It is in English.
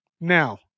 Now